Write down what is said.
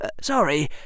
sorry